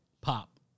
pop